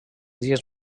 dies